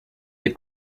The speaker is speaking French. des